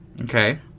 Okay